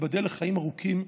תיבדל לחיים ארוכים,